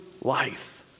life